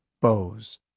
Bows